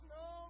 no